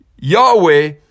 Yahweh